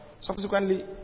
Subsequently